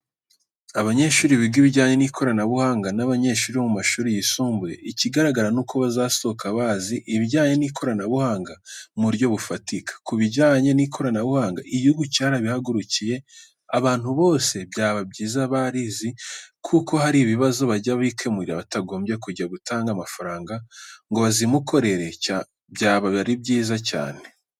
Abanyeshuri biga ibijyanye n'ikoranabuhanga, n'abanyeshuri bo mu mashuri yisumbuye. Ikigaragara nuko bazasohoka bazi ibijyanye n'ikoranabuhanga mu buryo bufatika, kubijyanye n'ikoranabuhanga igihugu cyarabihagurukiye, abantu bose byaba byiza barizi kuko hari ibibazo bajya bikemurira batagombye kujya gutanga amafaranga ngo bazimukorere byaba ari byiza cyane.